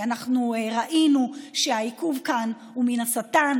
אנחנו ראינו שהעיכוב כאן הוא מן השטן,